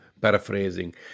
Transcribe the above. paraphrasing